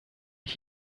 ich